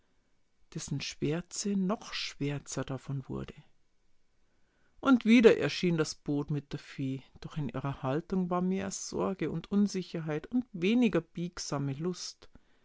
dessen schwärze noch schwärzer davon wurde und wieder erschien das boot mit der fee doch in ihrer haltung war mehr sorge und unsicherheit und weniger biegsame lust